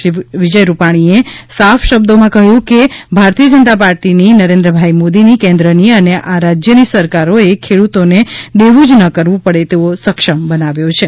શ્રી વિજય રૂપાણીએ સાફ શબ્દોમાં કહ્યું કે ભારતીય જનતા પાર્ટીની નરેન્દ્રભાઈ મોદીની કેન્દ્રની અને આ રાજ્યની સરકારોએ ખેડૂતોને દેવું જ ન કરવું પડે તેવો સક્ષમ બનાવ્યો છે